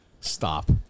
stop